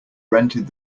rented